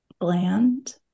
Bland